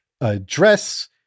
address